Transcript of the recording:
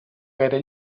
gaire